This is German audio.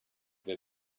wer